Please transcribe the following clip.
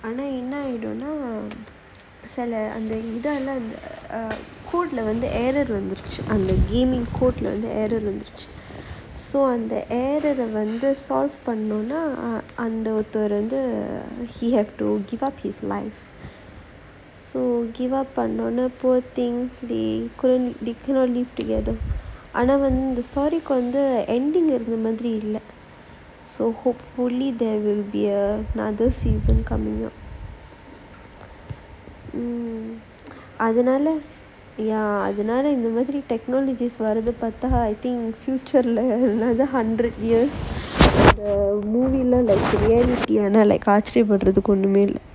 ஆனா என்ன ஆய்டுன்னா சில அந்த:aanaa enna aittunnaa sila antha code வந்து:vanthu error வந்துருச்சு அந்த:vanthuruchu antha game code வந்து:vanthu error வந்துருச்சு:vanthuruchu so the error வந்து:vanthu solve பண்ணனும்னா அந்த ஒருத்தர் வந்து:pannanumnaa antha oruthar vanthu he have to give up his life so give up பண்ணுன உடனே:pannuna udanae poor thing he cannot be together ஆனா வந்து:aanaa vanthu story வந்து:vanthu ending இருந்த மாறி தெரில:iruntha maari therila so hopefully there will be another season coming up அதுனால இந்த மாதிரி வரத பாத்தா:athunaala intha maathiri varatha paathaa I think future அவ்ளோதான் ஆச்சரிய படுறதுக்கு ஒண்ணுமே இல்ல:avlothaan aachariya padurathukku onnumae illa